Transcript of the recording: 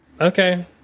okay